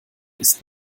ist